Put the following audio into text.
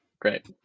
Great